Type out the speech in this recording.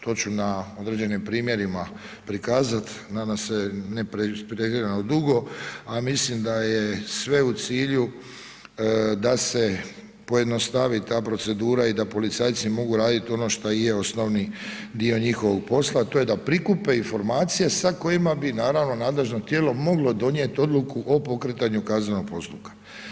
To ću na određeni primjerima prikazati nadam se ne pretjerano dugo a mislim da je sve u cilju da se pojednostavi ta procedura i da policajci mogu raditi ono što i je osnovni dio njihovog posla a to je da prikupe informacije sa kojima bi naravno nadležno tijelo moglo donijeti odluku o pokretanju kaznenog postupka.